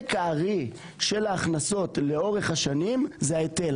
הארי של ההכנסות לאורך השנים זה היטל.